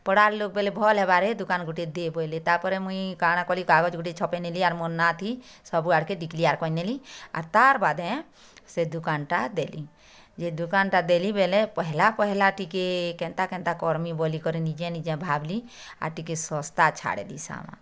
ପଡ଼ାର୍ ଲୋକ୍ ବୋଏଲେ ଭଲ୍ ହେବାରେ ଦୁକାନ୍ ଗୁଟେ ଦେ ବୋଏଲେ ତା'ପରେ ମୁଇଁ କା'ଣା କହେଲି କାଗଜ୍ ଗୁଟେ ଛପେଇ ନେଲି ଆରୁ ମୋର୍ ନାଁ'ଥି ସବୁ ଆଡ଼୍ କେ ଡିକ୍ଲିଆର୍ କରିନେଲି ଆର ତା'ର୍ ବାଦେ ସେ ଦୁକାନ୍ ଟା ଦେଲି ଯେ ଦୁକାନ୍ ଟା ଦେଲି ବଏଲେ ପହଲେ ପହଲେ ଟିକେ କେନ୍ତା କେନ୍ତା କର୍ମି ବୋଲିକରି ନିଯେ ନିଯେ ଭାବ୍ଲି ଆର୍ ଟିକେ ଶସ୍ତା ଛାଡ଼ିଲି ସାମାନ୍